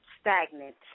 stagnant